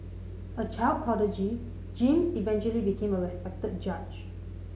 a child prodigy James eventually became a respected judge